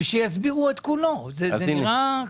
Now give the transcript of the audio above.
סיום לגמרי; זו הרמה שבה הוא מוסר לך את זה.